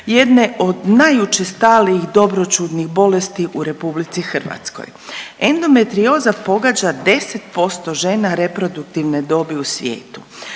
jedne od najučestalijih dobroćudnih bolesti u RH. Endometrioza pogađa 10% žena reproduktivne dobi u svijetu.